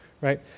right